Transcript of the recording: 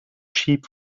sheep